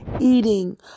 eating